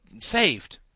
saved